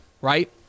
right